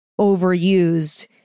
overused